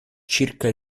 circa